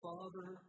Father